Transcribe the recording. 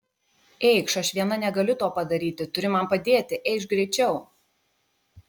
eikš aš viena negaliu to padaryti turi man padėti eikš greičiau